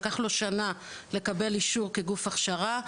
לקח לו שנה לקבל אישור כגוף הכשרה.